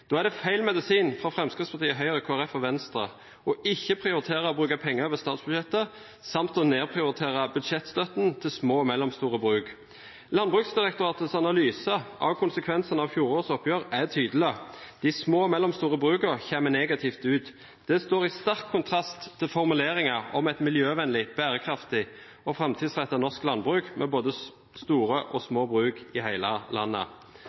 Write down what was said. Da er det feil medisin fra Fremskrittspartiet, Høyre, Kristelig Folkeparti og Venstre ikke å prioritere å bruke penger over statsbudsjettet samt å nedprioritere budsjettstøtten til små og mellomstore bruk. Landbruksdirektoratets analyse av konsekvensene av fjorårets oppgjør er tydelig: De små og mellomstore brukene kommer negativt ut. Det står i sterk kontrast til formuleringer om et miljøvennlig, bærekraftig og framtidsrettet norsk landbruk, med både store og små bruk i hele landet.